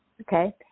okay